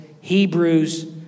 Hebrews